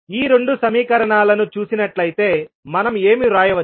ఈ రెండు సమీకరణాలను చూసినట్లయితే మనం ఏమి వ్రాయవచ్చు